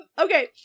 okay